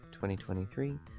2023